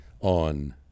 on